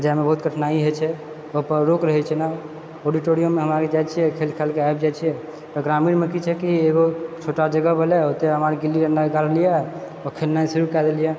जाएमे बहुत कठिनाइ होइत छै ओ पर रोक रहैत छै ने औडोटोरियममे हमरा आर जाइत छियै खेल खेलि कऽ आबि जाइत छियै प्रोग्रामिङ्ग की छै कि रोज छोटा जगह भेलै ओतै हमरा आर दिल्लीमे महिका घुमलियै आओर खेलनाइ शुरू कए देलियै